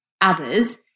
others